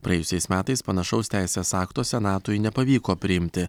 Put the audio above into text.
praėjusiais metais panašaus teisės akto senatui nepavyko priimti